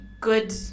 good